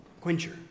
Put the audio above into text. quencher